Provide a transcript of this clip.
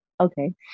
Okay